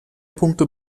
punkte